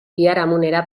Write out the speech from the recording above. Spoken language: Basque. biharamunera